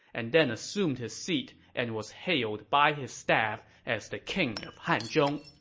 and then assumed his seat and was hailed by his staff as the king of hanzhong.